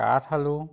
কাঠ আলু